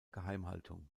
geheimhaltung